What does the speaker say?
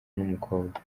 n’umukobwa